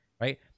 right